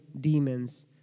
demons